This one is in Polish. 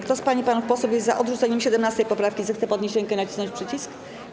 Kto z pań i panów posłów jest za odrzuceniem 17. poprawki, zechce podnieść rękę i nacisnąć przycisk.